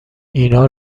اینا